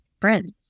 friends